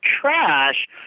Trash